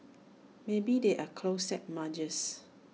maybe they are closet muggers